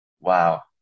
Wow